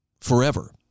forever